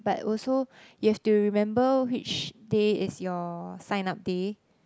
but also you have to remember which day is your sign up day